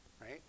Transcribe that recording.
right